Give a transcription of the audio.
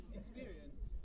experience